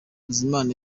bizimana